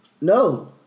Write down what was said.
no